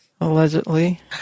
allegedly